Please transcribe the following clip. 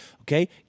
Okay